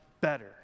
better